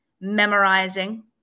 memorizing